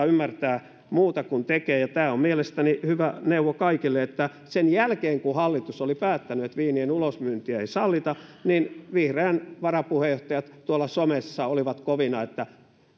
ymmärtää muuta kuin tekee ja tämä on mielestäni hyvä neuvo kaikille sen jälkeen kun hallitus oli päättänyt että viinien ulosmyyntiä ei sallita niin vihreiden varapuheenjohtajat tuolla somessa olivat kovina että